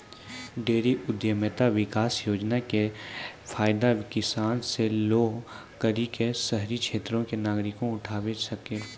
dairy उद्यमिता विकास योजना के फायदा किसान से लै करि क शहरी क्षेत्र के नागरिकें उठावै सकै छै